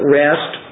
rest